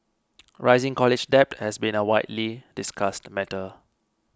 rising college debt has been a widely discussed matter